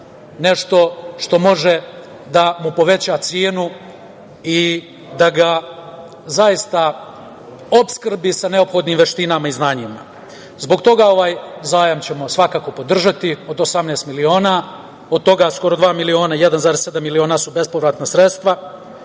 nešto što može da mu poveća cenu i da ga zaista opskrbi sa neophodnim veštinama i znanjima. Zbog toga ćemo ovaj zajam svakako podržati od 18 miliona. Od toga skoro dva miliona, 1,7 miliona su bespovratna sredstva